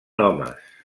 homes